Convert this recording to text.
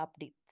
updates